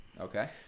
Okay